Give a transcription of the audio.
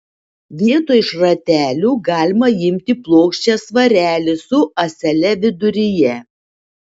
vietoj šratelių galima imti plokščią svarelį su ąsele viduryje